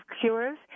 Cures